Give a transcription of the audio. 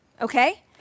Okay